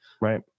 Right